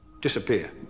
disappear